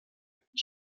coup